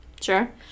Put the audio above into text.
Sure